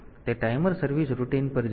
તેથી તે timer service routine પર જશે